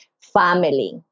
Family